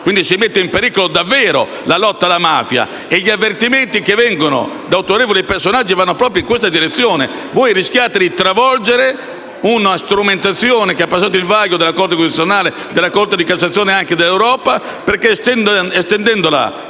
quindi davvero in pericolo la lotta alla mafia e gli avvertimenti che vengono da autorevoli personaggi vanno proprio in questa direzione: voi rischiate di travolgere una strumentazione che ha passato il vaglio della Corte costituzionale, della Corte di cassazione e anche dell'Europa perché, estendendola